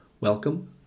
Welcome